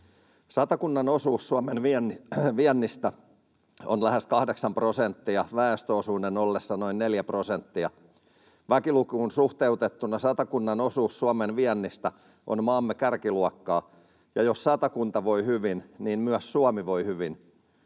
Satakunnan osuus Suomen viennistä on lähes kahdeksan prosenttia väestöosuuden ollessa noin neljä prosenttia. Väkilukuun suhteutettuna Satakunnan osuus Suomen viennistä on maamme kärkiluokkaa, ja jos Satakunta voi hyvin, niin myös Suomi voi hyvin.